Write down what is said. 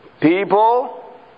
People